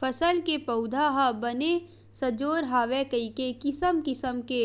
फसल के पउधा ह बने सजोर होवय कहिके किसम किसम के